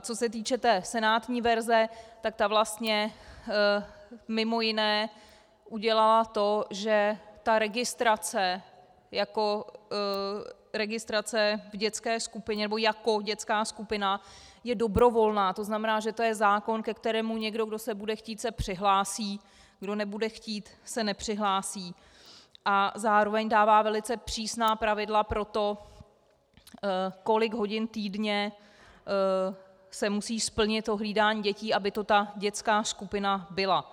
Co se týče té senátní verze, tak ta vlastně mimo jiné udělala to, že registrace v dětské skupině, nebo jako dětská skupina je dobrovolná, to znamená, že to je zákon, ke kterému někdo, kdo bude chtít, se přihlásí, kdo nebude chtít, se nepřihlásí, a zároveň dává velice přísná pravidla pro to, kolik hodin týdně se musí splnit hlídání dětí, aby to ta dětská skupina byla.